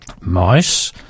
Mice